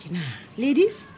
Ladies